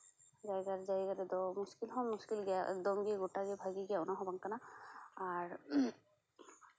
ᱡᱟᱭᱜᱟᱼᱡᱟᱭᱜᱟ ᱨᱮᱫᱚ ᱢᱩᱥᱠᱤᱞ ᱦᱚᱸ ᱢᱩᱥᱠᱤᱞ ᱜᱮᱭᱟ ᱮᱠᱫᱚᱢ ᱜᱮ ᱵᱷᱟᱜᱮ ᱜᱮᱭᱟ ᱚᱱᱟ ᱦᱚᱸ ᱵᱟᱝ ᱠᱟᱱᱟ ᱟᱨ